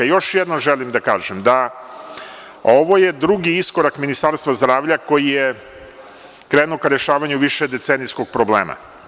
Još jednom želim da kažem da ovo je drugi iskorak Ministarstva zdravlja koji je krenuo ka rešavanju višedecenijskog problema.